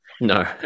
no